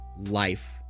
life